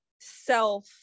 self